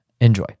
Enjoy